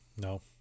no